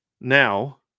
Now